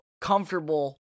comfortable